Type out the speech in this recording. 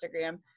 Instagram